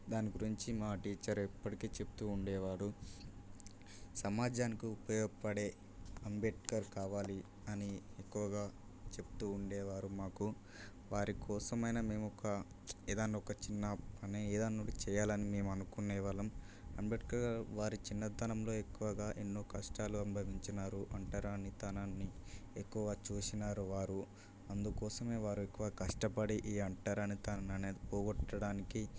దాని గురించి మా టీచర్ ఎప్పటికీ చెప్తూ ఉండేవారు సమాజానికి ఉపయోగపడే అంబేద్కర్ కావాలి అని ఎక్కువగా చెప్తూ ఉండేవారు మాకు వారి కోసమైనా మేము ఒక ఏదైనా ఒక చిన్న పని ఏదైనా ఉంటే చేయాలని మేము అనుకునే వాళ్ళం అంబేద్కర్ వారి చిన్నతనంలో ఎక్కువగా ఎన్నో కష్టాలు అనుభవించినారూ ఒంటరితనాన్ని ఎక్కువ చూసినారు వారు అందుకోసమే వారు ఎక్కువ కష్టపడి ఈ అంటరానితనాన్ని అనేది పోగొట్టడానికి